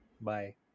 Bye